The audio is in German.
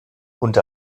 und